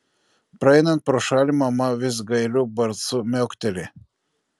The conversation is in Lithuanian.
praeinant pro šalį mama vis gailiu balsu miaukteli